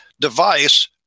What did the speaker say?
device